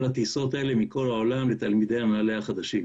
הטיסות האלה מכל העולם לתלמידי נעל"ה החדשים.